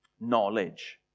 knowledge